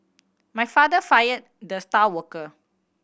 my father fired the star worker